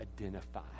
identify